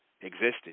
existed